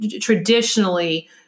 traditionally